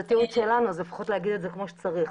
זה תיעוד שלנו אז לפחות להגיד את זה כמו שצריך.